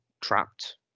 trapped